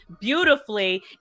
beautifully